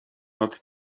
nad